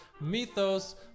Mythos